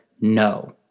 no